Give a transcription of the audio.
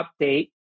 update